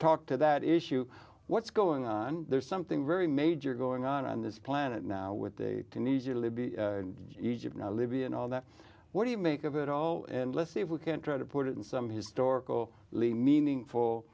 talk to that issue what's going on there's something very major going on on this planet now with they can easily be egypt libya and all that what do you make of it all and let's see if we can try to put it in some historical lee meaningful